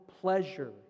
pleasure